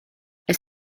elle